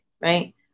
right